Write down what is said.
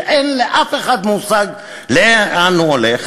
שאין לאף אחד מושג לאן הוא הולך,